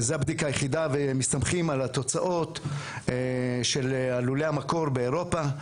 זו הבדיקה היחידה ומסתמכים על התוצאות של לולי המקור באירופה.